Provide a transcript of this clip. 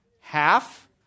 half